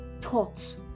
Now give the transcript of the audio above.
taught